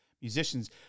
musicians